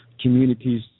communities